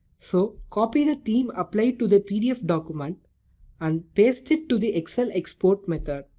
so, copy the theme applied to the pdf document and paste it to the excel export method.